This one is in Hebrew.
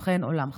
ובכן, עולם חדש,